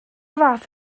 fath